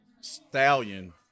stallion